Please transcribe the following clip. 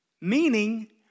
meaning